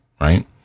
right